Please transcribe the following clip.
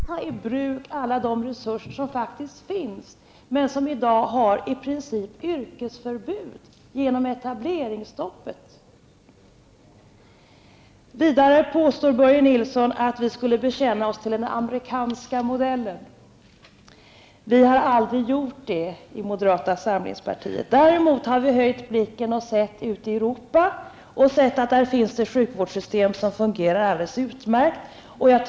Herr talman! Jag delar inte Börje Nilssons oro. Han sade inledningsvis, att om vi förändrade sjukvårdens finansieringssystem skulle vi utsätta svenska folket och sjukvården för ett gigantiskt experiment. Det finns ett i tiden näraliggande, gigantiskt experiment, nämligen Dagmarreformen. Samtidigt säger Börje Nilsson att det är viktigt att få fram resurser till alla nya rön som görs på sjukvårdssidan, men han är tydligen fullständigt ointresserad av att ta i bruk alla de resurser som finns men som i dag har i princip yrkesförbud genom etableringsstoppet. Vidare påstår Börje Nilsson att vi skulle bekänna oss till den amerikanska modellen. Vi har aldrig gjort det i moderata samlingspartiet. Däremot har vi höjt blicken och sett ut i Europa, där det finns sjukvårdssystem som fungerar alldeles utmärkt.